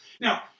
Now